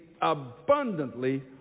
abundantly